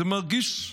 זה מרגיש משעשע,